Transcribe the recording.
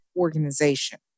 Organization